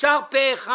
אושרה פה אחד